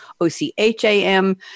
O-C-H-A-M